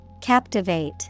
Captivate